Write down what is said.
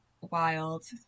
wild